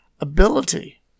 ability